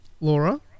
Laura